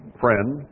friend